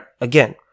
Again